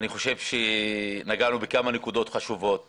נגענו בכמה נקודות חשובות